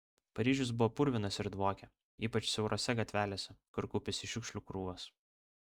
paryžius buvo purvinas ir dvokė ypač siaurose gatvelėse kur kaupėsi šiukšlių krūvos